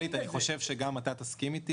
-- אני חושב שגם אתה תסכים איתי.